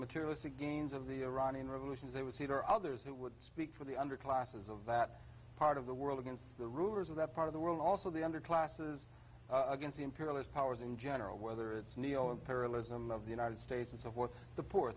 materialistic gains of the iranian revolution as they would see there are others who would speak for the underclasses of that part of the world against the rulers of that part of the world also the underclasses against the imperialist powers in general whether it's neo imperialism of the united states and so forth the poor